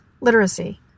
literacy